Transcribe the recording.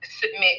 submit